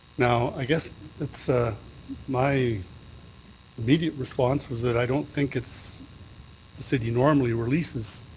now, i guess it's ah my immediate response was that i don't think it's the city normally releases